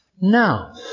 Now